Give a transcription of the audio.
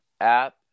app